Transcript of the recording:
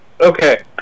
Okay